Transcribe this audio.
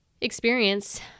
experience